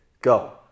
go